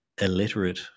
illiterate